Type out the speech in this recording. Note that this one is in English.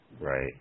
Right